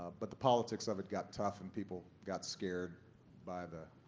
but the politics of it got tough and people got scared by the